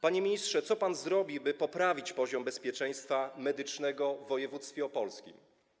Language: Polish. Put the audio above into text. Panie ministrze, co pan zrobi, by poprawić poziom bezpieczeństwa medycznego w województwie opolskim?